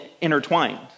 intertwined